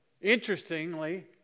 interestingly